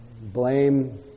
blame